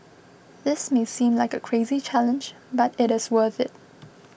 this may seem like a crazy challenge but it is worth it